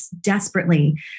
desperately